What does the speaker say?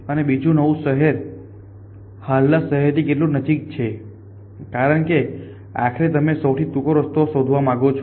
અને બીજું નવું શહેર હાલના શહેરની કેટલું નજીક છે કારણ કે આખરે તમે સૌથી ટૂંકો રસ્તો શોધવા માંગો છો